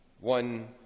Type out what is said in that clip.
one